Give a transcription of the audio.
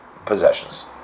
possessions